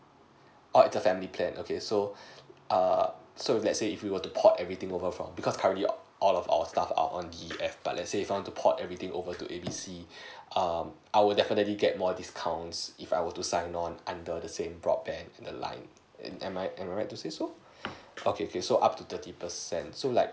oo it's a family plan okay so err so let's say if we want to port everything over from because currently all all of our stuff are on D_E_F but let's say if I want to port everything over to A B C um I will definitely get more discounts if I want to sign on under the same broadband the line am am I right to say so okay okay so up to thirty percent so like